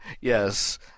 Yes